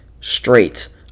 Straight